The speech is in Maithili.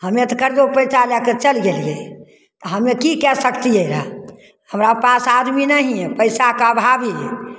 हमे तऽ कर्जो पैँचा लए कऽ चलि गेलियै हमे की कए सकतियै रहए हमरा पास आदमी नहि हइ पैसाके अभावी यए